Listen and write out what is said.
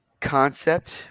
concept